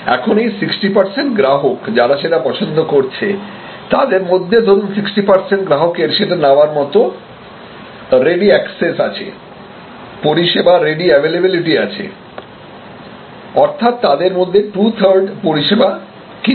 এখন এই 60 গ্রাহক যারা সেটা পছন্দ করছে তাদের মধ্যে ধরুন 60 গ্রাহকের সেটা নেওয়ার মতো রেডি অ্যাক্সেস আছে পরিষেবার রেডি অ্যাভেলেবলিটি আছে অর্থাৎ তাদের মধ্যে টু থার্ড পরিষেবা কিনবে